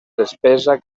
despesa